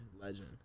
legend